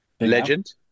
Legend